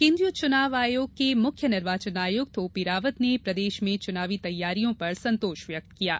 केन्द्रीय च्नाव आयोग के मुख्य निर्वाचन आयुक्त ओपी रावत ने प्रदेश र्मे चुनावी तैयारियों पर संतोष व्यक्त किया है